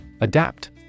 Adapt